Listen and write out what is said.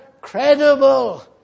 credible